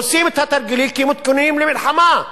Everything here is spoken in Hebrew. עושים את התרגיל כי מתכוננים למלחמה.